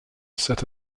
set